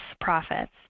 profits